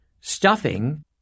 stuffing